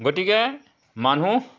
গতিকে মানুহ